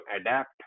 adapt